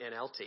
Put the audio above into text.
NLT